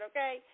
Okay